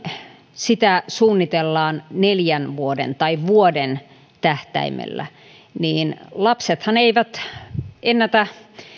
sitä suunnitellaan neljän vuoden tai vuoden tähtäimellä niin lapsethan eivät ennätä